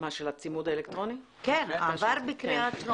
כן, עבר בקריאת טרום.